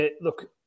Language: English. look